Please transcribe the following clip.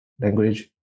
language